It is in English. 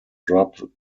drop